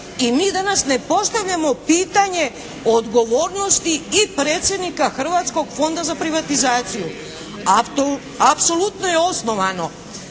i mi danas ne postavljamo pitanje odgovornosti i predsjednika Hrvatskog fonda za privatizaciju. Apsolutno je osnovano